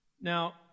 Now